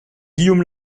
guillaume